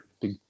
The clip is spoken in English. big